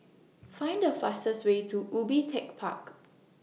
Find The fastest Way to Ubi Tech Park